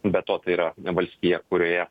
be to tai yra valstija kurioje